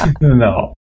no